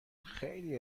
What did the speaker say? خیلی